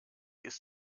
ist